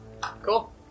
Cool